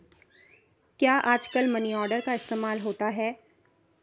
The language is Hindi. क्या आजकल मनी ऑर्डर का इस्तेमाल होता है?